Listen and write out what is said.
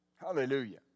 Hallelujah